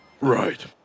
Right